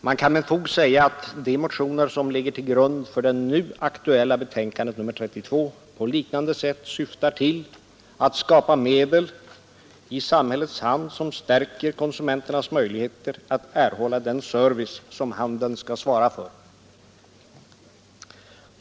Man kan med fog säga att de motioner som ligger till grund för det nu aktuella betänkandet nr 32 på liknande sätt syftar till att skapa medel i samhällets hand som stärker konsumenternas möjligheter att erhålla den service handeln skall svara för.